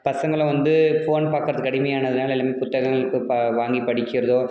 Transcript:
பசங்களும் வந்து ஃபோன் பார்க்கறதுக்கு அடிமையானதினால எல்லாமே புத்தகங்கள் இப்போ ப வாங்கி படிக்கிறதோ